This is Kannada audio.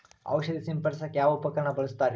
ಔಷಧಿ ಸಿಂಪಡಿಸಕ ಯಾವ ಉಪಕರಣ ಬಳಸುತ್ತಾರಿ?